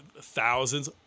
thousands